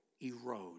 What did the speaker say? erode